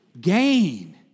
Gain